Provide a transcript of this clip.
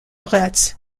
retz